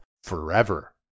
forever